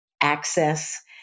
access